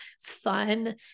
fun